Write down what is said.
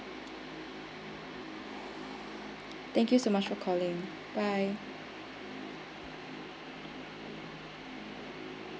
thank you so much for calling bye